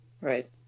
Right